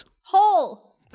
Whole